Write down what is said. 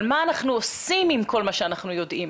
אבל מה אנחנו עושים עם כל מה שאנחנו יודעים?